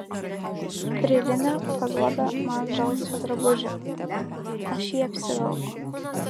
freilina paduoda man žalsvą drabužį aš jį apsivelku